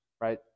right